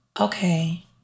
Okay